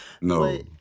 No